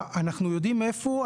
אנחנו יודעים איפה הוא,